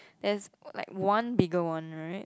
that's like one bigger one right